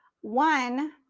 one